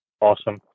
Awesome